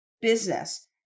business